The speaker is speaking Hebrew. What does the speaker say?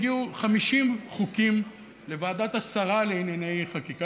הגיעו 50 חוקים לוועדת השרה לענייני חקיקה,